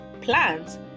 plants